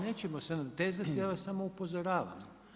Nećemo se natezati ja vas samo upozoravam.